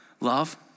Love